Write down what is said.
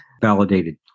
validated